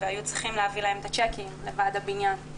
והיו צריכים להביא את הצ'קים, לוועד הבניין.